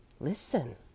Listen